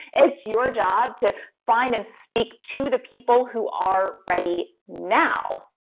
it's your job to find and speak to the people who are ready now,